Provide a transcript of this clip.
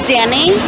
Danny